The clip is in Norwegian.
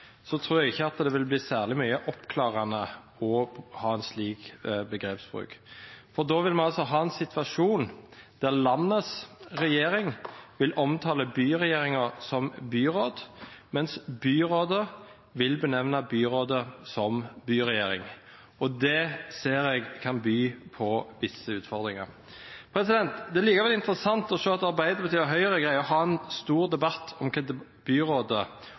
tror jeg ikke det blir særlig oppklarende å ha slik begrepsbruk. Da får vi en situasjon der landets regjering vil omtale byregjeringen som «byråd», mens byrådet vil benevne byrådet som «byregjering». Det ser jeg kan by på visse utfordringer. Det er likevel interessant å se at Arbeiderpartiet og Høyre klarer å ha en stor debatt om hva